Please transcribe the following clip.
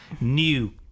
new